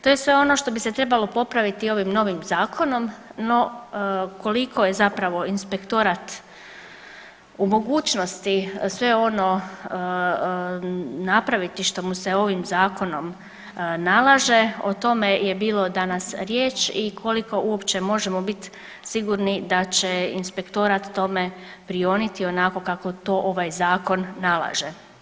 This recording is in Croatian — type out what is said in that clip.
To je sve ono što bi se trebalo popraviti ovim novim zakonom, no koliko je zapravo inspektorat u mogućnosti sve ono napraviti što mu se ovim zakonom nalaže, o tome je bilo danas riječ i koliko uopće možemo biti sigurni da će inspektorat tome prionuti onako kako to ovaj zakon nalaže.